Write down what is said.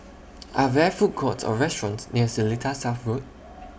Are There Food Courts Or restaurants near Seletar South Road